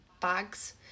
bags